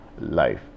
life